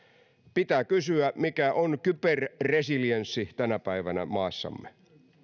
pitää kysyä mikä on kyberresilienssi tänä päivänä maassamme